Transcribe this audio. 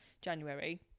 January